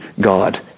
God